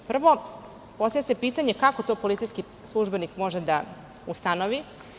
Prvo, postavlja se pitanje – kako to policijski službenik može da ustanovi?